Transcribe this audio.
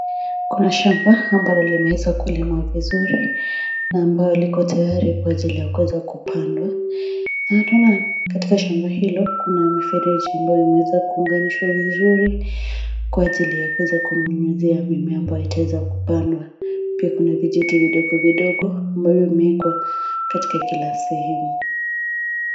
Kuna shamba ambalo limeweza kulimwa vizuri, ambalo liko tayari kwa ajili ya kuweza kupandwa. Tunaona katika shamba hilo, kuna mifereji ambayo imeweza kuunganishwa vizuri, kwa ajili ya kuweza kunyunyizia mimea ambayo itayoweza kupandwa. Pia kuna vijiti vidogo vidogo ambavyo vimewekwa katika kila sehemu.